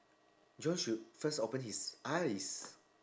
john should first open his eyes